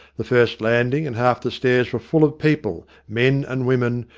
the first landing and half the stairs were full of people, men and women,